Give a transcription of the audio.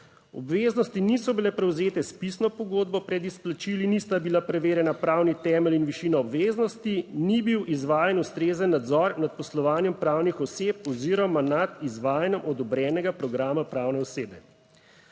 Obveznosti niso bile prevzete s pisno pogodbo, pred izplačili nista bila preverjena pravni temelj in višina obveznosti, ni bil izvajan ustrezen nadzor nad poslovanjem pravnih oseb oziroma nad izvajanjem odobrenega programa pravne osebe.